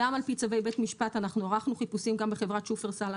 על פי צווי בית משפט אנחנו ערכנו חיפושים גם בחברת שופרסל,